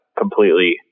completely